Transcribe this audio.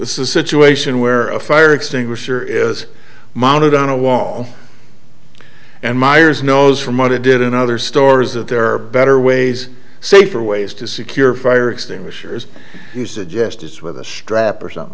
situation where a fire extinguisher is mounted on a wall and myers knows from what it did in other stories that there are better ways safer ways to secure fire extinguishers you suggest it's with a strap or something